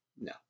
No